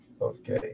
okay